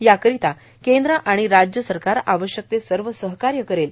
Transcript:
याकरिता केंद्र व राज्य सरकार आवश्यक ते सर्व सहकार्य करेल